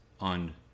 on